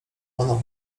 ona